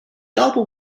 album